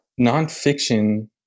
nonfiction